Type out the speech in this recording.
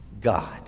God